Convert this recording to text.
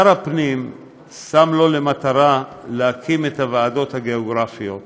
שר הפנים שם לו למטרה להקים את הוועדות הגיאוגרפיות.